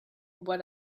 what